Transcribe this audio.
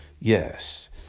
Yes